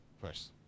first